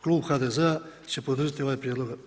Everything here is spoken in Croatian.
Klub HDZ-a će podržati ovaj prijedlog.